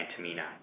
Antamina